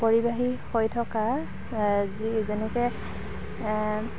পৰিবাহী হৈ থকা যি যেনেকৈ